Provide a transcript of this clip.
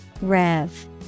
rev